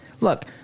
look